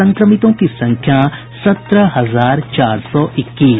संक्रमितों की संख्या सत्रह हजार चार सौ इक्कीस